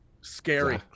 scary